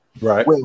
Right